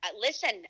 Listen